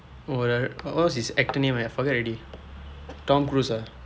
oh the the what was the actor name I forgot already tom cruise ah